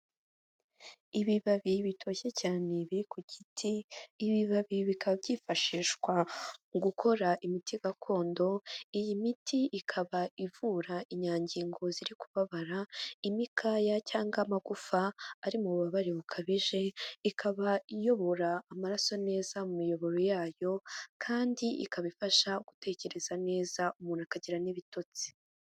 Ibibabi bitoshye cyane biri ku giti, ibi bibabi bikaba byifashishwa mu gukora imiti gakondo, iyi miti ikaba ivura inyangingo ziri kubabara, imikaya cyangwa amagufa ari mu bubabare bukabije, ikaba iyobora amaraso neza mu miyoboro yayo kandi ikaba ifasha gutekereza neza, umuntu akagira n'ibitotsi.